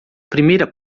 primeira